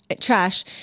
trash